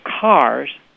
cars